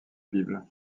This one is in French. bible